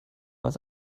was